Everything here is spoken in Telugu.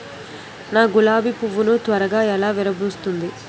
నా గులాబి పువ్వు ను త్వరగా ఎలా విరభుస్తుంది?